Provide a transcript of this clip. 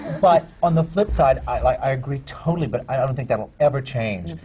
but on the flip side, i like i agree totally, but i don't think that'll ever change.